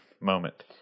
moment